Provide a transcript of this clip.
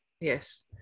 Yes